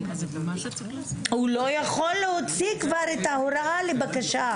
הוא לא יכול להוציא כבר את ההוראה לבקשה,